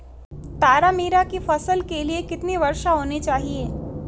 तारामीरा की फसल के लिए कितनी वर्षा होनी चाहिए?